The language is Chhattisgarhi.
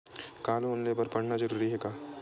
का लोन ले बर पढ़ना जरूरी हे का?